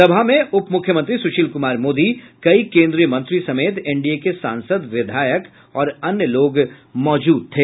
सभा में उप मुख्यमंत्री सुशील कुमार मोदी कई केन्द्रीय मंत्री समेत एनडीए के सांसद विधायक और अन्य लोग मौजूद थे